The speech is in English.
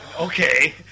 Okay